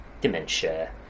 dementia